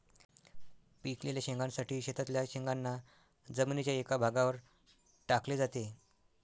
पिकलेल्या शेंगांसाठी शेतातील शेंगांना जमिनीच्या एका भागावर टाकले जाते